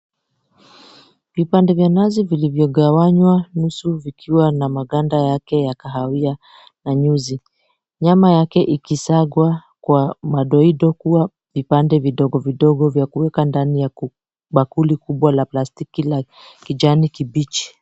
Vipande vya nazi vilivyogawanya nusu vikiwa na maganda yake ya kahawia na nyuzi, nyama yake ikisagwa kwa madoido kuwa vipande vidogo vidogo vya kuweka ndani ya bakuli kubwa la plastiki la kijani kibichi.